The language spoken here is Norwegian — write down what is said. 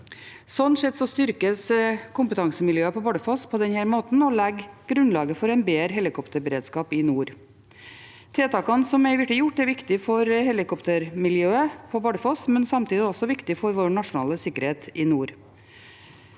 sett styrkes kompetansemiljøet på Bardufoss på denne måten og legger grunnlaget for en bedre helikopterberedskap i nord. Tiltakene som er blitt gjort, er viktig for helikoptermiljøet på Bardufoss og samtidig viktig for vår nasjonale sikkerhet i nord.